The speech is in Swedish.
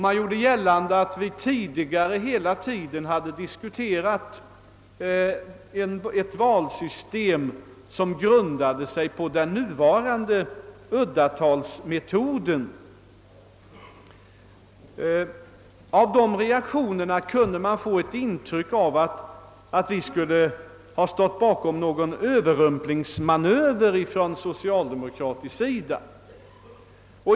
Man gjorde gällande att vi tidigare hela tiden hade diskuterat ett valsystem som grundade sig på den nuvarande uddatalsmetoden. Av dessa reaktioner kunde man få ett intryck att vi skulle ha stått bakom en överrumplingsmanöver från socialdemokratisk sida.